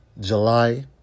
July